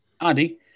Andy